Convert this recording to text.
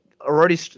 Already